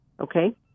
Okay